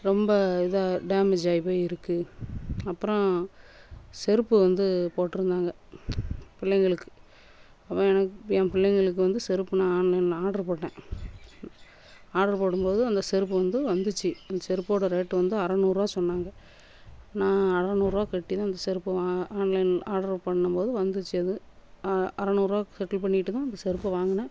ரொம்ப இதாக டேமேஜ் ஆகிப்போய் இருக்கு அப்புறம் செருப்பு வந்து போட்டுருந்தாங்க பிள்ளைங்களுக்கு அப்போ எனக்கு என் பிள்ளைங்களுக்கு வந்து செருப்பு நான் ஆன்லைனில் ஆர்டர் போட்டேன் ஆர்டர் போடும் போது அந்த செருப்பு வந்து வந்துச்சு அந்த செருப்போட ரேட்டு வந்து அறநூறுரூவா சொன்னாங்க நான் அறநூறுரூவா கட்டித்தான் அந்த செருப்பு வா ஆன்லைன் ஆர்டர் பண்ணும் போது வந்துச்சு அது அறநூறுரூவா செட்டில் பண்ணிவிட்டு தான் அந்த செருப்பை வாங்குனேன்